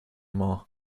more